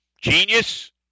genius